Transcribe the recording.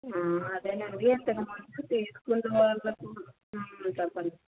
అదేనండి ఇంతకుముందు తీసుకున్న వాళ్ళకు చెప్పండి